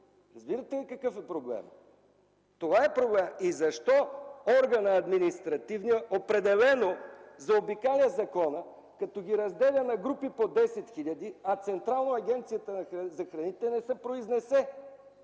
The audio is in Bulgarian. Разбирате ли какъв е проблемът?! Това е проблемът! Защо административният орган определено заобикаля закона, като ги разделя на групи по 10 хиляди, а централно Агенцията за храните не се произнесе?